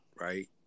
right